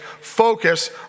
focus